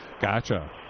Gotcha